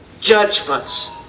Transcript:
Judgments